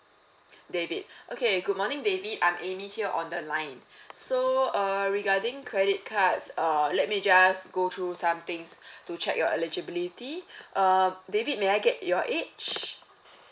david okay good morning david I'm amy here on the line so err regarding credit cards err let me just go through some things to check your eligibility uh david may I get your age